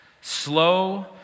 Slow